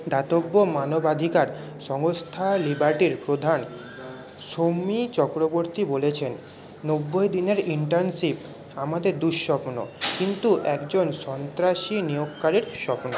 দাতব্য মানবাধিকার সংস্থা লিবার্টির প্রধান শমী চক্রবর্তী বলেছেন নব্বই দিনের ইণ্টার্নশিপ আমাদের দুঃস্বপ্ন কিন্তু একজন সন্ত্রাসী নিয়োগকারীর স্বপ্ন